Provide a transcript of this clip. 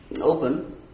open